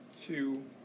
two